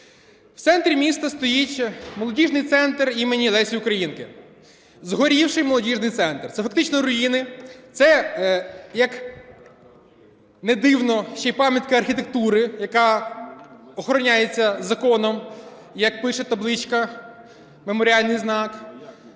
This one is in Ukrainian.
В центрі міста стоїть Молодіжний центр імені Лесі Українки, згорівший Молодіжний центр. Це фактично руїни. Це, як не дивно, ще й пам'ятка архітектури, яка охороняється законом, як пише табличка, меморіальний знак.